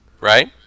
Right